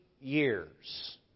years